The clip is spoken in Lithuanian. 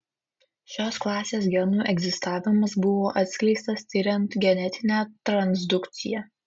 šios klasės genų egzistavimas buvo atskleistas tiriant genetinę transdukciją